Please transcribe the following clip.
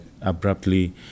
abruptly